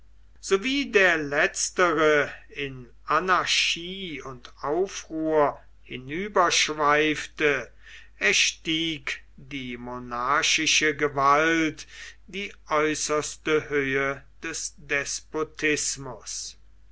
wie der letztere in anarchie und aufruhr hinüber schweifte erstieg die monarchische gewalt die äußerste höhe des despotismus